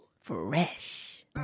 Fresh